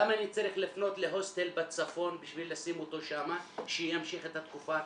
למה אני צריך לפנות להוסטל בצפון בשביל לשים אותו שם שימשיך את התקופה.